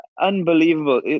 unbelievable